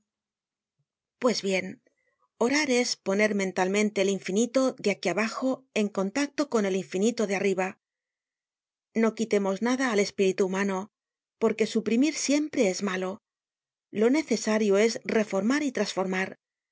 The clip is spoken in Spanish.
pues bien orar es poner mentalmente el infinito de aquí abajo en contacto con el infinito de arriba no quitemos nada al espíritu humano porque suprimir siempre es malo lo necesario es reformar y trasformar